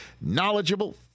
knowledgeable